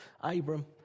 Abram